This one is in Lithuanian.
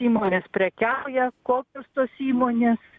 įmonės prekiauja kokios tos įmonės